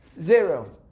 Zero